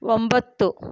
ಒಂಬತ್ತು